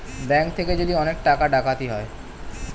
bank থেকে যদি অনেক টাকা ডাকাতি হয়